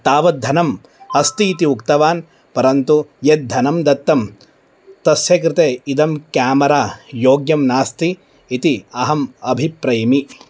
तावद्धनम् अस्ति इति उक्तवान् परन्तु यद्धनं दत्तं तस्य कृते इदं क्यामरा योग्यं नास्ति इति अहम् अभिप्रैमि